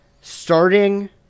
starting